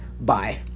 bye